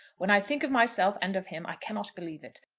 when i think of myself and of him, i cannot believe it.